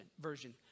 version